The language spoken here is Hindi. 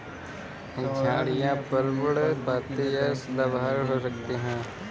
झाड़ियाँ पर्णपाती या सदाबहार हो सकती हैं